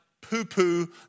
poo-poo